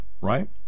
right